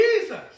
Jesus